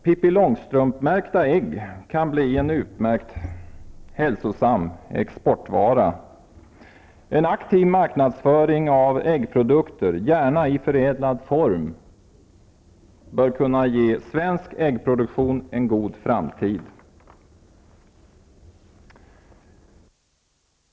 Pippi Långstrump-märkta ägg kan kanske bli en utmärkt hälsosam exportvara. En aktiv marknadsföring av äggprodukter, gärna i förädlad form, bör kunna ge svensk äggproduktion en god framtid.